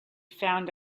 found